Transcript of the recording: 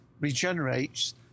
regenerates